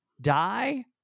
die